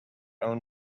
own